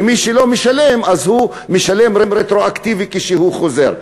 ומי שלא משלם אז משלם רטרואקטיבית כשהוא חוזר.